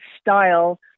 style